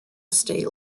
estate